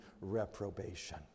reprobation